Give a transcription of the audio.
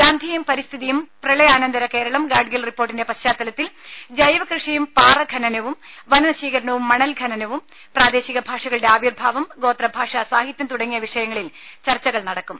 ഗാന്ധിയും പരിസ്ഥിതിയും പ്രെളയാനന്തര കേരളം ഗാഡ് ഗിൽ റിപ്പോർട്ടിന്റെ പശ്ചാത്തലത്തിൽ വനനശീകരണവും മണൽ ഖനനവും പ്രാദേശിക ഭാഷകളുടെ ആവിർഭാവം ഗോത്രഭാഷാ സാഹിത്യം തുടങ്ങിയ വിഷയങ്ങളിൽ ചർച്ചകൾ നടക്കും